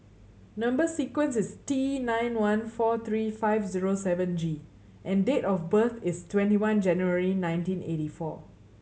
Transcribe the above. number sequence is T nine one four three five zero seven G and date of birth is twenty one January nineteen eighty four